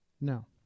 No